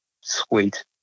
sweet